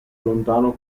lontano